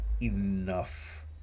enough